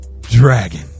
Dragon